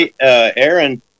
Aaron